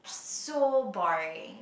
so boring